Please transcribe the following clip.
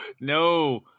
no